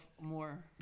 more